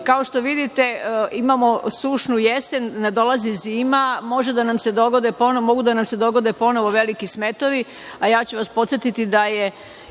Kao što vidite, imamo sušnu jesen, ne dolazi zima, može da nam se dogode ponovo veliki smetovi, a ja ću vas podsetiti da je